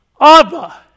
Abba